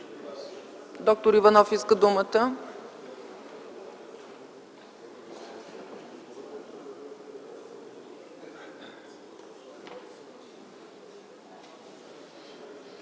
Доктор Иванов иска думата.